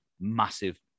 massive